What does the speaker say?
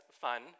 fun